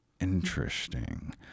Interesting